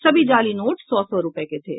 सभी जाली नोट सौ सौ रूपये के थे